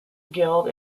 guild